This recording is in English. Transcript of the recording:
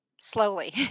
slowly